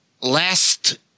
last